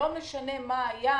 לא משנה מה היה,